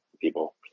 people